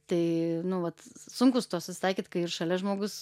tai nu vat sunku su tuo susitaikyt kai ir šalia žmogus